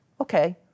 okay